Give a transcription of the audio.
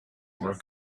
were